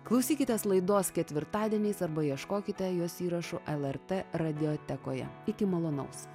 klausykitės laidos ketvirtadieniais arba ieškokite jos įrašų lrt radiotekoje iki malonaus